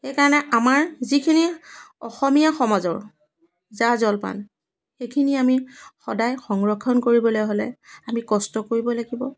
সেই কাৰণে আমাৰ যিখিনি অসমীয়া সমাজৰ জা জলপান সেইখিনি আমি সদায় সংৰক্ষণ কৰিবলৈ হ'লে আমি কষ্ট কৰিব লাগিব